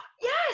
yes